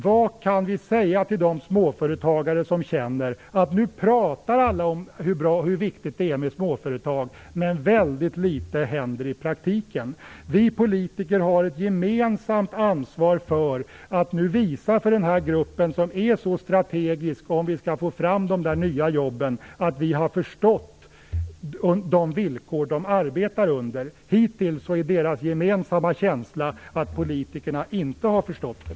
Vad kan vi säga till de småföretagare som känner att alla nu pratar om hur bra och hur viktigt det är med småföretag men att väldigt litet händer i praktiken? Vi politiker har ett gemensamt ansvar för att nu visa för den här gruppen, som är så strategisk om vi skall få fram de nya jobben, att vi har förstått de villkor som de arbetar under. Hittills har ju deras gemensamma känsla varit att politikerna inte har förstått det.